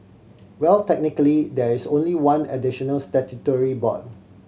well technically there is only one additional statutory board